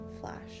Flash